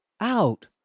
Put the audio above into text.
out